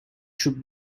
should